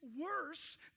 worse